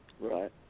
Right